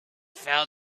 fell